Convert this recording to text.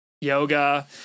yoga